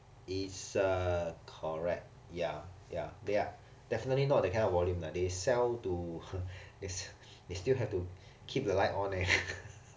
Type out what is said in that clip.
is uh correct ya ya they are definitely not that kind of volume that they sell to they still have to keep the light on leh